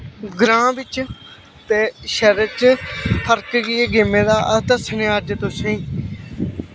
ग्रांऽ बिच्च ते शैह्रें च फर्क केह् ऐ गेमें दा अस दस्सनेआं अज तुसेंगी